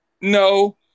No